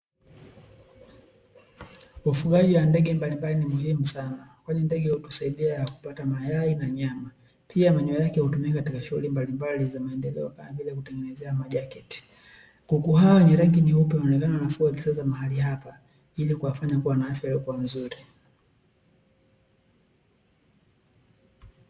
Ufugaji wa ndege mbalimbali ni muhimu sana, kwani ndege hutusaidia kupata mayai na nyama pia manyoya yake hutumika katika shughuli mbalimbali za maendeleo kama vile kutengenezea majaketi. Kuku hawa wenye rangi nyeupe huonekana wanafugwa kisasa mahali hapa ili kuwa fanya kuwa na afya iliyo nzuri.